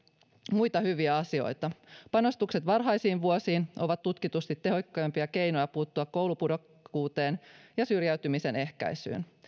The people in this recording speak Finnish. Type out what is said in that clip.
muita hyviä asioita panostukset varhaisiin vuosiin ovat tutkitusti tehokkaimpia keinoja puuttua koulupudokkuuteen ja syrjäytymisen ehkäisyyn